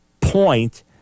point